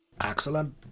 Excellent